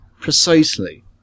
precisely